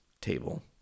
table